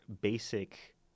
basic